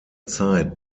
zeit